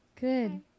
Good